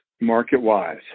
market-wise